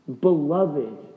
beloved